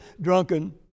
drunken